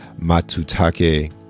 matutake